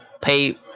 pay